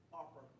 offer